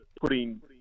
putting